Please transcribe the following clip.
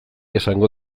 esango